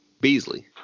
Beasley